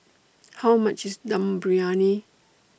How much IS Dum Briyani